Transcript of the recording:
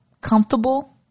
comfortable